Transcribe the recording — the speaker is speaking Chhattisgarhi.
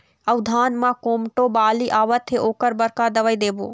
अऊ धान म कोमटो बाली आवत हे ओकर बर का दवई देबो?